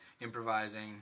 improvising